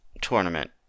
tournament